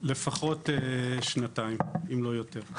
לפחות שנתיים, אם לא יותר.